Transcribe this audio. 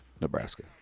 Nebraska